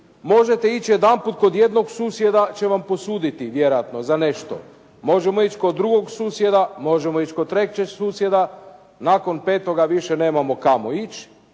Možete ić jedanput kod jednog susjeda će vam posuditi vjerojatno za nešto. Možemo ić kod drugog susjeda, možemo ić kod trećeg susjeda, nakon petoga više nemamo kamo ići.